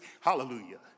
Hallelujah